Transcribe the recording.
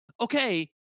okay